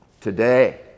today